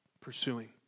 pursuing